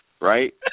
right